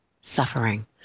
suffering